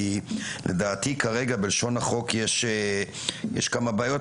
כי לדעתי כרגע בלשון החוק יש כמה בעיות,